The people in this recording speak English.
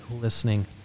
listening